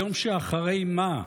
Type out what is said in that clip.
היום שאחרי מה?